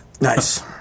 Nice